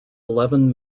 eleven